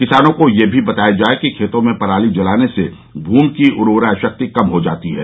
किसानों को यह भी बताया जाये कि खेतों में पराली जलाने से भूमि की उर्वरा शक्ति कम हो जाती है